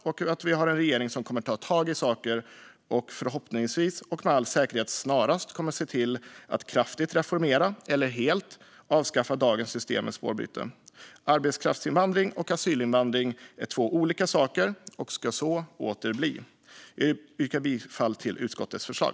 Nu har vi en regering som med all säkerhet snarast kommer att ta tag i saker och förhoppningsvis se till att kraftigt reformera eller helt avskaffa dagens system med spårbyte. Arbetskraftsinvandring och asylinvandring är två olika saker och ska så åter bli. Jag yrkar bifall till utskottets förslag.